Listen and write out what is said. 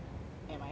and my hair